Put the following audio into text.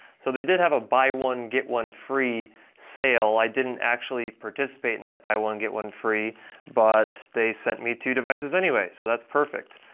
so they did have a buy one get one free sale. i didn't actually participate in that buy one get one free but they sent me two devices anyway, so that's perfect.